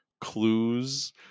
clues